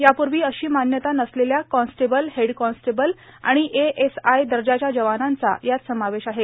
यापूर्वी अशी मान्यता नसलेल्या कॉन्स्टेबल हेड कॉन्स्टेबल आणि एएसआय दर्जाच्या जवानांचा यात समावेश आहे